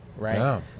right